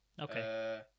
Okay